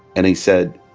and he said,